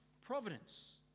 providence